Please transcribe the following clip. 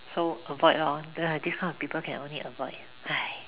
so avoid lor the this kind of people can only avoid